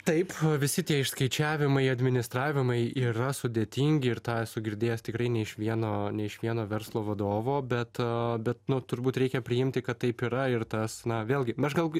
taip visi tie išskaičiavimai administravimai yra sudėtingi ir tą esu girdėjęs tikrai ne iš vieno ne iš vieno verslo vadovo be to bet nu turbūt reikia priimti kad taip yra ir tas na vėlgi na aš gal grįšiu